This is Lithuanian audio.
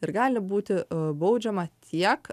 ir gali būti baudžiama tiek